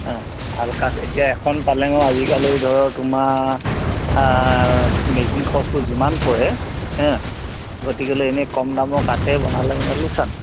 ভাল কাঠ এতিয়া এখন পালেঙৰ আজিকালি ধৰক তোমাৰ মেকিং খৰচটো যিমান পৰে হা গতিকেলৈ এনেই কম দামৰ কাঠৰে বনালে মানে লোকচান নহয়